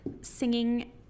singing